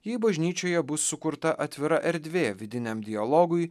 jei bažnyčioje bus sukurta atvira erdvė vidiniam dialogui